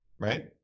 Right